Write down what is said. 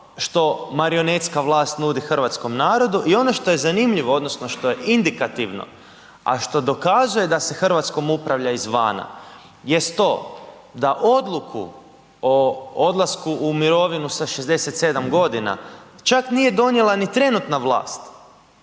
što marionetska vlast nudi hrvatskom narodu i ono što je zanimljivo, što je indikativno, a što dokazuje da se Hrvatskom upravlja izvana, jest to da odluku o odlasku u mirovinu sa 67. godina čak nije donijela ni trenutna vlast,